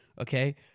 okay